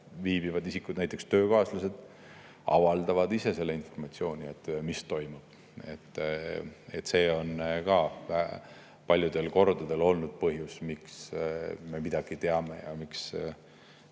viibivad isikud, näiteks töökaaslased, avaldavad ise informatsiooni selle kohta, mis toimub. See on paljudel kordadel olnud ka põhjus, miks me midagi teame ja miks